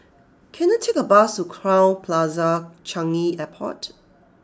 can I take a bus to Crowne Plaza Changi Airport